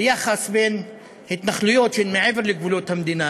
בין התנחלויות שמעבר לגבולות המדינה